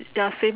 ya same